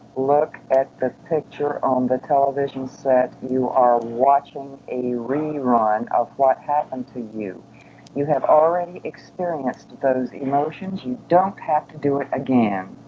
look at the picture on the television set you are watching a rerun of what happened to you you have already experienced those emotions. you don't have to do it again